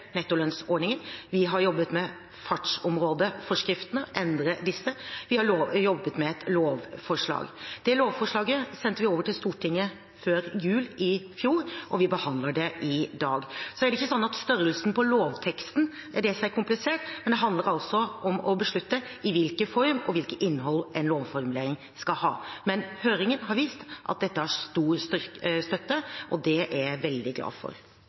nettolønnsordningen. Vi har jobbet med fartsområdeforskriftene for å endre disse, og vi har jobbet med et lovforslag. Det lovforslaget sendte vi over til Stortinget før jul i fjor, og vi behandler det i dag. Så det er ikke sånn at det er størrelsen på lovteksten som er komplisert, men det handler altså om å beslutte hva slags form og hvilket innhold en lovformulering skal ha. Men høringen har vist at dette har stor støtte, og det er jeg veldig glad for.